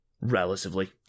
Relatively